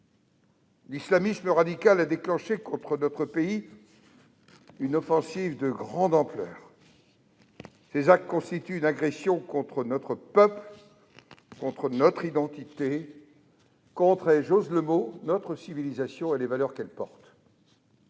L'islamisme radical a déclenché contre notre pays une offensive de grande ampleur. Ces actes constituent une agression contre notre peuple, contre notre identité et contre- j'ose le mot -notre civilisation et les valeurs qu'elle porte.